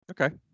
Okay